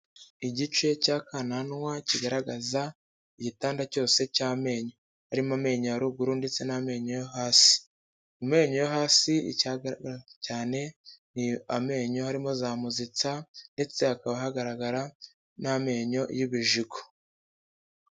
Igice cya kananwa kigaragaza igitanda cyose cy'amenyo harimo amenyo ya ruguru ndetse n'amenyo yo hasi, mu menyo yo hasi hagaragara cyane ni amenyo harimo za muzika ndetse hakaba hagaragara n'amenyo y'ibijigo.